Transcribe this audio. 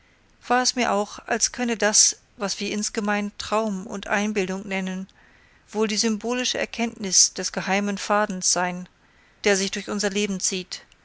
war es mir auch als könne das was wir insgemein traum und einbildung nennen wohl die symbolische erkenntnis des geheimen fadens sein der sich durch unser leben zieht